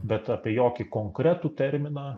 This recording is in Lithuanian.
bet apie jokį konkretų terminą